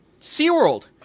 SeaWorld